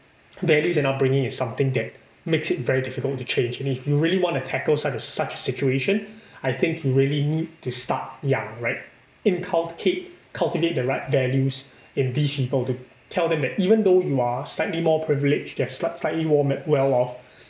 there is an upbringing is something that makes it very difficult to change and if you really want to tackle such a such a situation I think you really need to start young right inculcate cultivate the right values in these people to tell them that even though you are slightly more privileged you are sli~ slightly more well-off